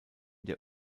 der